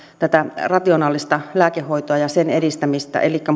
tätä rationaalista lääkehoitoa ja sen edistämistä elikkä